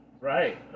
Right